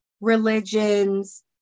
religions